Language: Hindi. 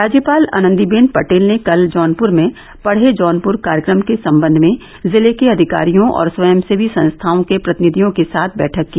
राज्यपाल आनंदीबेन पटेल ने कल जौनपुर में पढ़े जौनपुर कार्यक्रम के संबंध में जिले के अधिकारियों और स्वयंसेवी संस्थाओं के प्रतिनिधियों के साथ बैठक की